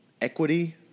equity